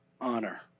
honor